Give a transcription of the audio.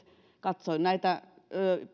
katsoin